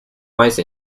mice